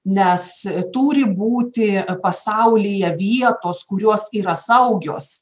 nes turi būti pasaulyje vietos kurios yra saugios